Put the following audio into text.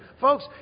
Folks